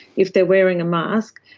if they are wearing a mask,